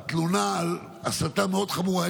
על הסתה מאוד חמורה.